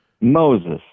Moses